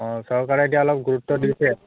অঁ চৰকাৰে এতিয়া অলপ গুৰুত্ব দিছে